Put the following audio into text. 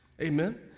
amen